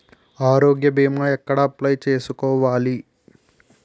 ఆరోగ్య భీమా ఎక్కడ అప్లయ్ చేసుకోవాలి?